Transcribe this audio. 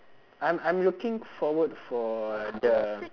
I'm I'm looking forward for the